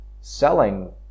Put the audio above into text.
selling